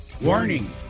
warning